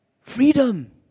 freedom